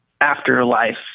afterlife